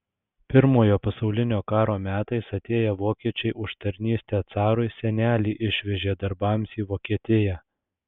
pirmojo pasaulinio karo metais atėję vokiečiai už tarnystę carui senelį išvežė darbams į vokietiją